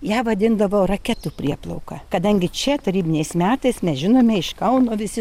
ją vadindavo raketų prieplauka kadangi čia tarybiniais metais mes žinome iš kauno visi